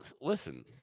listen